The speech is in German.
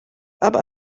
aber